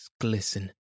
glisten